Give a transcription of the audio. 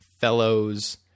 fellow's